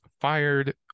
fired